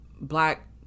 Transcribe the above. black